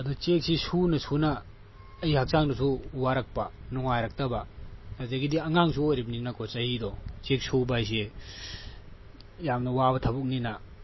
ꯑꯗꯨ ꯆꯦꯛꯁꯦ ꯁꯨꯅ ꯁꯨꯅ ꯑꯩ ꯍꯛꯆꯥꯡꯗꯨꯁꯨ ꯋꯥꯔꯛꯄ ꯅꯨꯉꯥꯏꯔꯛꯇꯕ ꯑꯗꯨꯗꯒꯤꯗꯤ ꯑꯉꯥꯡꯁꯨ ꯑꯣꯏꯔꯤꯝꯅꯤꯅ ꯆꯍꯤꯗꯣ ꯆꯦꯛ ꯁꯨꯕ ꯍꯥꯏꯁꯦ ꯌꯥꯝꯅ ꯋꯥꯕ ꯊꯕꯛꯅꯤꯅ